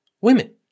women